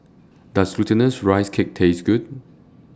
Does Glutinous Rice Cake tastes Good